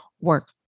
work